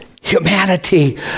humanity